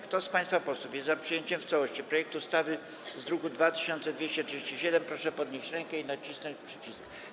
Kto z państwa posłów jest za przyjęciem w całości projektu ustawy z druku nr 2237, proszę podnieść rękę i nacisnąć przycisk.